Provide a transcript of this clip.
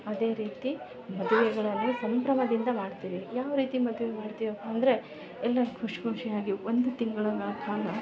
ಅದೇ ರೀತಿ ಮದುವೆಗಳನ್ನು ಸಂಭ್ರಮದಿಂದ ಮಾಡ್ತೀವಿ ಯಾವ ರೀತಿ ಮದುವೆ ಮಾಡ್ತಿವಪ್ಪ ಅಂದರೆ ಎಲ್ಲರೂ ಖುಷಿ ಖುಷಿಯಾಗಿ ಒಂದು ತಿಂಗಳಗಳ ಕಾಲ